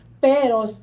Pero